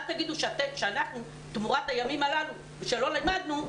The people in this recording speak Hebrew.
אז אל תגידו שאנחנו תמורת הימים הללו שלא לימדנו,